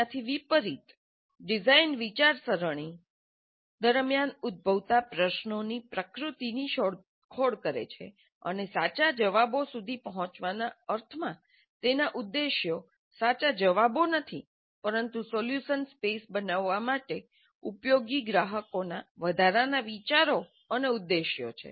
તેનાથી વિપરિત ડિઝાઇન વિચારસરણી દરમિયાન ઉદ્ભવતા પ્રશ્નો પ્રકૃતિની શોધખોળ કરે છે અને સાચા જવાબો સુધી પહોંચવાના અર્થમાં તેમના ઉદ્દેશ્ય સાચા જવાબો નથી પરંતુ સોલ્યુશન સ્પેસ બનાવવા માટે ઉપયોગી ગ્રાહકોના વધારાના વિચારો અને ઉદ્દેશ્યો છે